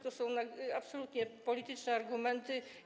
To są absolutnie polityczne argumenty.